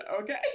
okay